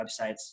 websites